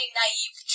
naive